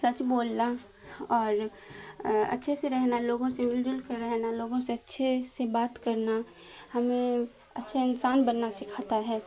سچ بولنا اور اچھے سے رہنا لوگوں سے مل جل کر رہنا لوگوں سے اچھے سے بات کرنا ہمیں اچھے انسان بننا سکھاتا ہے